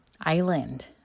island